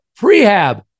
prehab